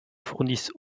fournissent